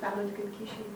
perduoti kaip kyšiai